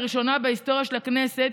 לראשונה בהיסטוריה של הכנסת,